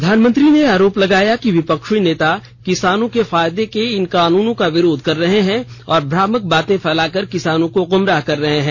प्रधानमंत्री ने आरोप लगाया कि विपक्षी नेता किसानों के फायदे के इन कानूनों का विरोध कर रहे हैं और भ्रामक बातें फैलाकर किसानों को गुमराह कर रहे हैं